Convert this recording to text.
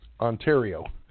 Ontario